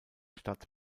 stadt